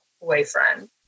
boyfriend